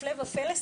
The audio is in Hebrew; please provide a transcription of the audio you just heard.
הפלא ופלא,